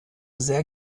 sehr